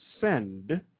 Send